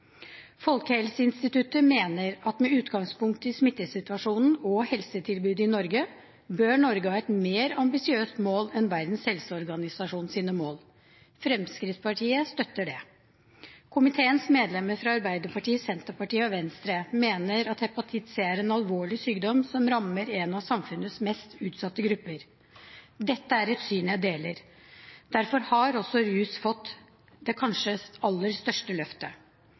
Folkehelseinstituttet mener at med utgangspunkt i smittesituasjonen og helsetilbudet i Norge, bør Norge ha et mer ambisiøst mål enn Verdens helseorganisasjonsmål. Fremskrittspartiet støtter det. Komiteens medlemmer fra Arbeiderpartiet, Senterpartiet og Venstre mener at hepatitt C er en alvorlig sykdom som rammer en av samfunnets mest utsatte grupper. Dette er et syn jeg deler. Derfor har også rus fått det kanskje aller største løftet.